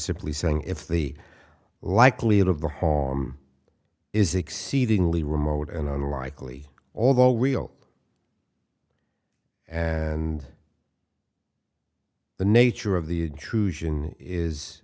simply saying if the likelihood of the harm is exceedingly remote and i likely although real and the nature of the